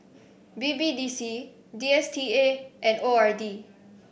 B B D C D S T A and O R D